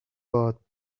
but